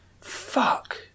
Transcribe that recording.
Fuck